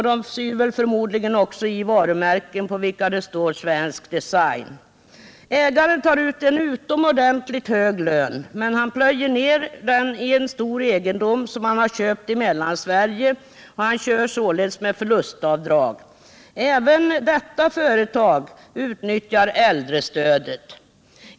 De syr förmodligen också i varumärken på vilka det står ”Svensk design”. Ägaren tar ut en utomordentligt hög lön, men han plöjer ner den i en stor egendom som han köpt i Mellansverige och gör således förlustavdrag. Även detta företag utnyttjar äldrestödet.